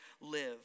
live